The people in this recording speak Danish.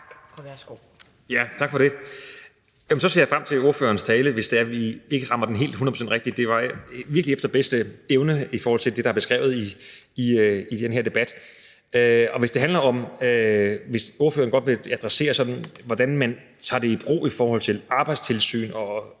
Så ser jeg frem til ordførerens tale, hvis det er, vi ikke rammer den helt hundrede procent rigtigt her. Det var virkelig efter bedste evne i forhold til det, der er beskrevet i denne debat. Og hvis det handler om, at ordføreren godt vil sådan adressere det med, hvordan man tager det i brug i forhold til Arbejdstilsynet og